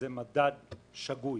מדד שגוי,